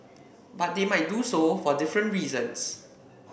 but they might do so for different reasons